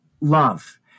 love